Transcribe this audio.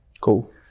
Cool